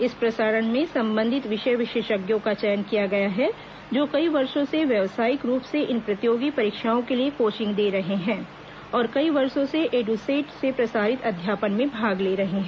इस प्रसारण में संबंधित विषय विशेषज्ञों का चयन किया गया है जो कई वर्षो से व्यवसायिक रूप से इन प्रतियोगी परीक्षाओं के लिए कोचिंग दे रहे है और कई वर्षो से एड्सेट से प्रसारित अध्यापन में भाग ले रहे हैं